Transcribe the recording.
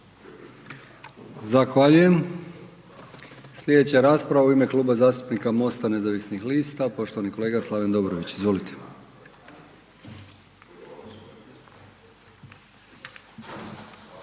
Zahvaljujem. Sljedeća rasprava u ime Kluba zastupnika MOST-a nezavisnih lista poštovani kolega Slaven Dobrović. Izvolite.